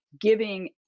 giving